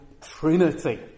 Trinity